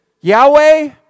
Yahweh